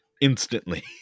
instantly